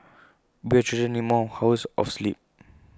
babies children need more hours of sleep